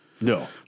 No